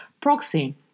proxy